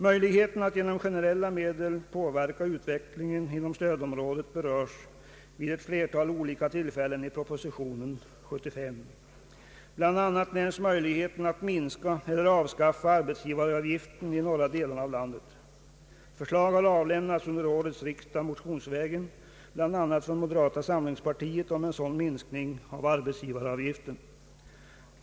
Möjligheterna att genom generella medel påverka utveckligen inom stödområdet berörs vid ett flertal olika tillfällen i propositionen nr 75. Bl. a. nämns möjligheten att minska eller avskaffa arbetsgivaravgiften i norra delarna av landet. Förslag har under årets riksdag framlagts motionsvägen bl.a. från moderata samlingspartiet om en sådan minskning av arbetsgivaravgiften.